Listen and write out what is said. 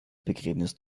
begräbnis